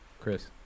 chris